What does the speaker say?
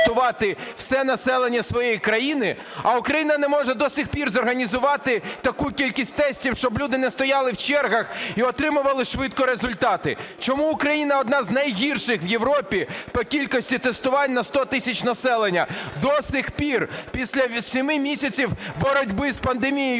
все населення своєї країни, а Україна не може до сих пір зорганізувати таку кількість тестів, щоб люди не стояли в чергах і отримували швидко результати? Чому Україна – одна з найгірших в Європі по кількості тестувань на 100 тисяч населення до сих пір після семи місяців боротьби з пандемією